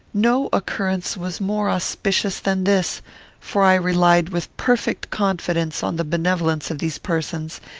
no occurrence was more auspicious than this for i relied with perfect confidence on the benevolence of these persons,